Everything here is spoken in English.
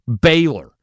Baylor